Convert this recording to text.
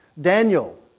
Daniel